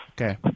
Okay